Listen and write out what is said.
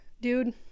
dude